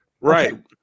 Right